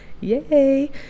yay